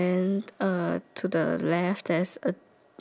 like a brown dog licking